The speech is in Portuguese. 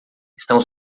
estão